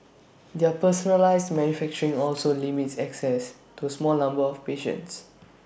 their personalised manufacturing also limits access to A small numbers of patients